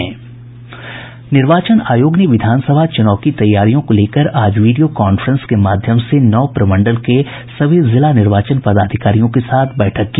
निर्वाचन आयोग ने विधान सभा चूनाव की तैयारियों को लेकर आज वीडियो कॉफ्रेंस के माध्यम से नौ प्रमंडल के सभी जिला निर्वाचन पदाधिकारियों के साथ बैठक की